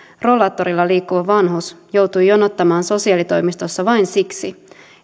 rollaattorilla liikkuva vanhus joutui jonottamaan sosiaalitoimistossa vain siksi